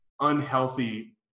unhealthy